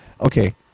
Okay